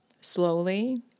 slowly